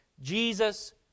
Jesus